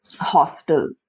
hostel